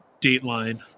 dateline